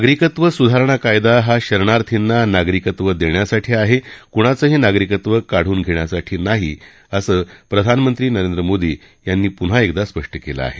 नागरिकत्व सुधारणा कायदा हा शरणार्थींना नागरिकत्व देण्यासाठी आहे कुणाचंही नागरिकत्व काढून घेण्यासाठी नाही असं प्रधानमंत्री नरेंद्र मोदी यांनी पुन्हा एकदा स्पष्ट केलं आहे